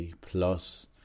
plus